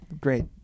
great